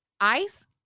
ice